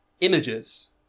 images